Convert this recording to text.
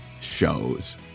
shows